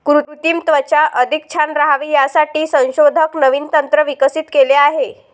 कृत्रिम त्वचा अधिक छान राहावी यासाठी संशोधक नवीन तंत्र विकसित केले आहे